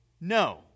no